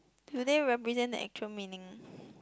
do they represent the actual meaning